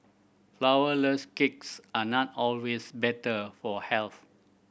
flourless cakes are not always better for health